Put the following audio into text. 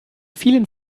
vielen